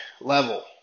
level